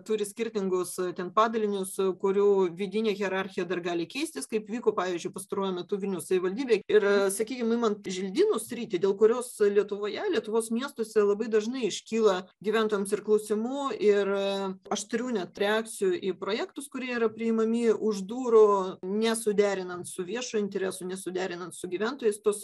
turi skirtingus ten padalinius kurių vidinė hierarchija dar gali keistis kaip vyko pavyzdžiui pastaruoju metu vilniaus savivaldybėj ir sakykim imant želdynų sritį dėl kurios lietuvoje lietuvos miestuose labai dažnai iškyla gyventojams ir klausimų ir aštrių net reakcijų į projektus kurie yra priimami už durų nesuderinant su viešu interesu nesuderinant su gyventojais tuos